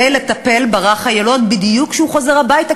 לטפל ברך היילוד בדיוק כשהוא חוזר הביתה,